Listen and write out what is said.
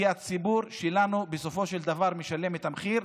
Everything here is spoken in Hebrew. כי הציבור שלנו בסופו של דבר משלם את המחיר,